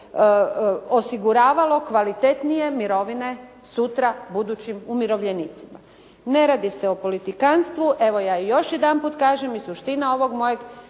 osiguravalo kvalitetnije mirovine sutra budućim umirovljenicima. Ne radi se o politikantstvu, evo ja još jedanput kažem i suština ovog mojeg,